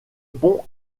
pont